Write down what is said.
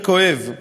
וכואב.